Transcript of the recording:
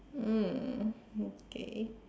mm okay